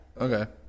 Okay